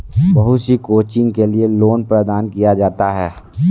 बहुत सी कोचिंग के लिये लोन प्रदान किया जाता है